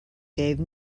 gave